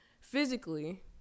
physically